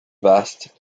vaste